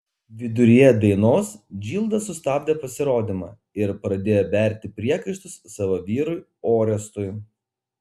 viduryje dainos džilda sustabdė pasirodymą ir pradėjo berti priekaištus savo vyrui orestui